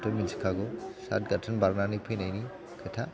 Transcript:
खौथ' मिनथिखागौ साथ गाथोन बारनानै फैनायनि खोथा